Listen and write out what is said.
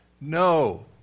No